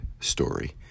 story